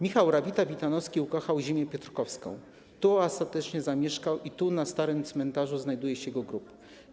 Michał Rawita-Witanowski ukochał ziemię piotrkowską, tu ostatecznie zamieszkał i tu na Starym Cmentarzu znajduje się jego grób.